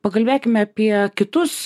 pakalbėkime apie kitus